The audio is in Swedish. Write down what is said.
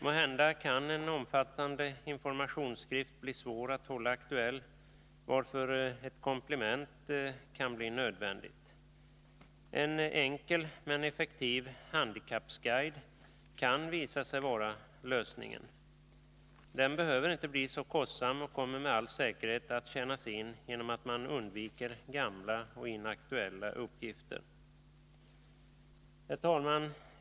Måhända kan en omfattande informationsskrift bli svår att hålla aktuell, varför ett komplement kan bli nödvändigt. En enkel men effektiv handikappsguide kan visa sig vara lösningen. Den behöver inte bli så kostsam och kommer med all säkerhet att tjänas in genom att man undviker gamla och inaktuella uppgifter. Herr talman!